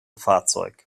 fahrzeug